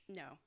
no